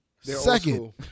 Second